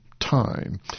time